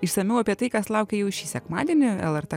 išsamiau apie tai kas laukia jau šį sekmadienį lrt